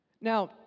Now